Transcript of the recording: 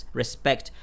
respect